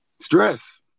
Stress